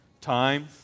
time